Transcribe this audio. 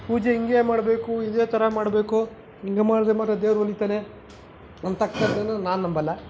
ಪೂಜೆ ಹಿಂಗೇ ಮಾಡಬೇಕು ಇದೇ ಥರ ಮಾಡಬೇಕು ಹಿಂಗೆ ಮಾಡಿದ್ರೆ ಮಾತ್ರ ದೇವ್ರು ಒಲಿತಾನೆ ಅನ್ನತಕ್ಕದ್ದನ್ನು ನಾನು ನಂಬಲ್ಲ